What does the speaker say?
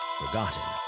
forgotten